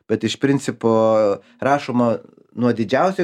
bet iš principo rašoma nuo didžiausių